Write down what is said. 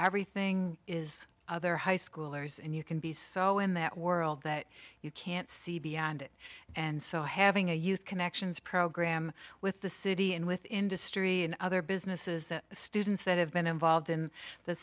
everything is other high schoolers and you can be so in that world that you can't see beyond it and so having a youth connections program with the city and with industry and other businesses the students that have been involved